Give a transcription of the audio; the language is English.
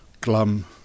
glum